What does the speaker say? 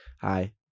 hi